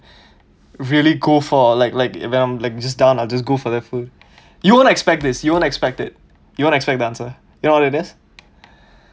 really go for like like I'll just go for their food you won't expect this you won't expect it you won't expect the answer you know what it is